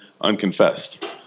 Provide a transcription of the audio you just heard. unconfessed